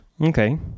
Okay